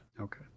Okay